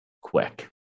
quick